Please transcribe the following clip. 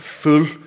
full